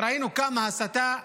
ראינו כמה הסתה ברשת.